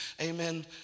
amen